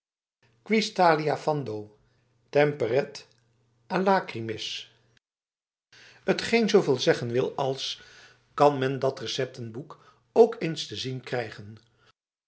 quis talia fando temperet a lachrymis t geen zooveel zeggen wil als kan men dat receptenboek ook eens te zien krijgen